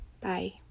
bye